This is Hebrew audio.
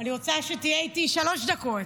אני רוצה שתהיה איתי שלוש דקות.